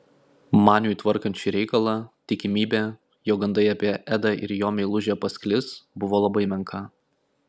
maniui tvarkant šį reikalą tikimybė jog gandai apie edą ir jo meilužę pasklis buvo labai menka